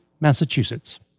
Massachusetts